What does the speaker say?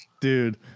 Dude